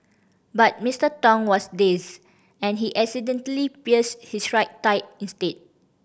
but Mister Tong was dazed and he accidentally pierced his right thigh instead